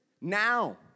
now